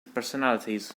personalities